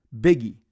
Biggie